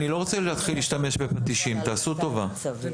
נכון.